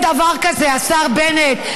אין דבר כזה, השר בנט.